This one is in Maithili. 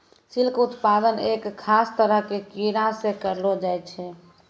सिल्क उत्पादन एक खास तरह के कीड़ा सॅ करलो जाय छै